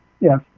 yes